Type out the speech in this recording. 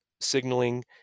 signaling